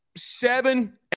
seven